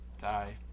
die